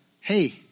hey